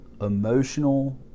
emotional